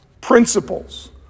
principles